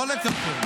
לא לקרקר.